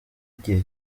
igihe